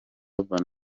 urban